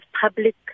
public